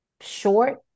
short